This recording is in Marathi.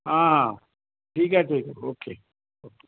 हां हां ठीक आहे ठीक आहे ओके ओके